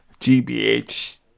gbh